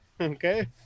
Okay